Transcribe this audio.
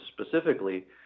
specifically